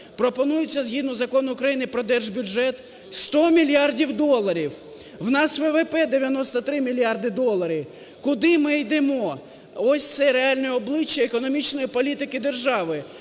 Пропонується згідно Закону України про Держбюджет 100 мільярдів доларів. У нас ВВП 93 мільярди доларів. Куди ми йдемо? Ось це реальне обличчя економічної політики держави.